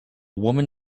woman